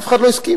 אף אחד לא הסכים.